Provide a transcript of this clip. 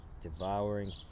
devouring